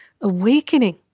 awakening